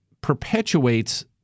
perpetuates